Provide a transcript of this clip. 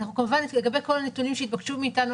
לגבי כל הנתונים שהתבקשו מאיתנו,